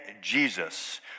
Jesus